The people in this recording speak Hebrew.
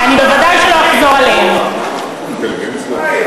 אל תחזרי עליהן, תמשיכי.